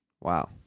Wow